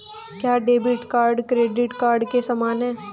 क्या debit card credit card के समान है?